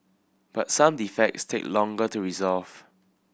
but some defects take longer to resolve